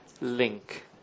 link